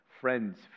friends